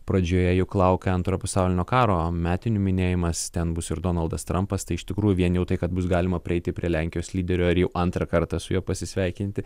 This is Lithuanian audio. pradžioje juk laukia antro pasaulinio karo metinių minėjimas ten bus ir donaldas trampas tai iš tikrųjų vien jau tai kad bus galima prieiti prie lenkijos lyderio ir jau antrą kartą su juo pasisveikinti